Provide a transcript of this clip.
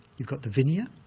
you've got the vinaya,